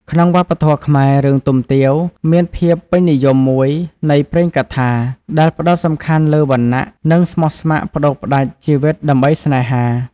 ក្នុងវប្បធម៌ខ្មែរ រឿង ទុំទាវ មានភាពពេញនិយមមួយនៃព្រេងកថា ដែលផ្តោតសំខាន់លើវណ្ណះ និងស្មោះស្ម័គ្រប្តូរផ្តាច់ជីវិតដើម្បីស្នេហា។